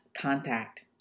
contact